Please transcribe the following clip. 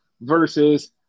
versus